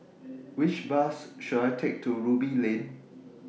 Which Bus should I Take to Ruby Lane